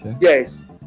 Yes